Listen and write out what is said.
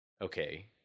okay